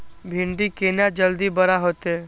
भिंडी केना जल्दी बड़ा होते?